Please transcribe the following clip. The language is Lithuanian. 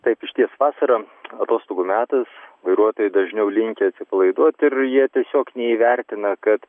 taip išties vasara atostogų metas vairuotojai dažniau linkę atsipalaiduot ir jie tiesiog neįvertina kad